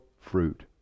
fruit